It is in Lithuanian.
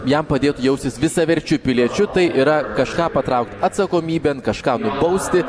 jam padėtų jaustis visaverčiu piliečiu tai yra kažką patraukt atsakomybėn kažką nubausti